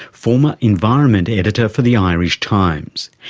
former environment editor for the irish times.